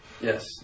yes